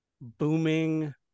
booming